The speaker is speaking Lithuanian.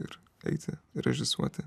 ir eiti režisuoti